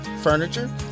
furniture